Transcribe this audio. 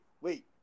Wait